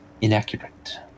inaccurate